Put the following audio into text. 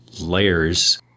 layers